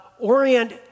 orient